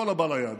כל הבא ליד.